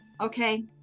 Okay